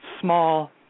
small